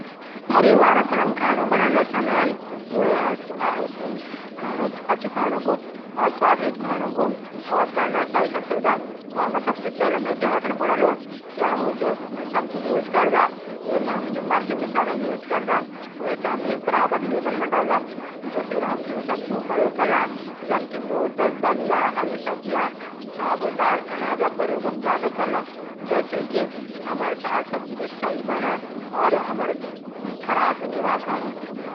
परिवार कुन हम खाणू बणादा समय अछू खाणू और स्वादिष्ट खाणू सबसे पैली हमथै ध्यान रखण प्वाडलू हम जू सब्जी यूज करदा वेमा हम मर्च मसला डलदा वे थै हम बराबर लेबल मा डलदा दूशरू हम इन सब्जियों प्रयोग कला दूध दहि हरी सब्जियां साबुत दाल अनाज प्रयोग हम ज्यादा कला जनकै कि हमरी साग सब्जी बडिया बण और हमरू खराब भी नी ह्वाई खाणू